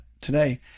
today